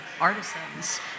artisans